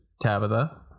Tabitha